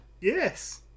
Yes